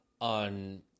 on